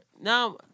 Now